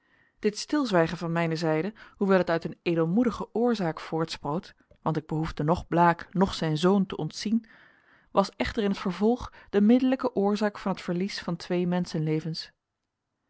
dit stilzwijgen van mijne zijde hoewel het uit een edelmoedige oorzaak voortsproot want ik behoefde noch blaek noch zijn zoon te ontzien was echter in het vervolg de middellijke oorzaak van het verlies van twee menschenlevens